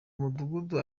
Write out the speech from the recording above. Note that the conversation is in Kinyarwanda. umudugudu